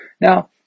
Now